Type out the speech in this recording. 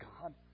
God